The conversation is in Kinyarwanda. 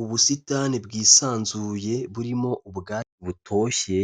Ubusitani bwisanzuye burimo ubwatsi butoshye,